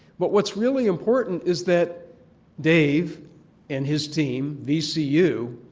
but what's really important is that dave and his team, vcu,